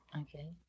Okay